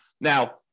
Now